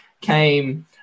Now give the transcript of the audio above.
came